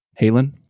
Halen